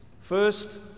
First